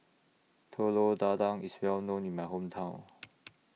Telur Dadah IS Well known in My Hometown